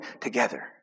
together